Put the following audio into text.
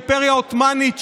האימפריה העות'מאנית,